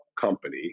company